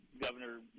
governor